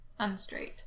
unstraight